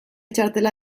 txartela